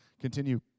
continue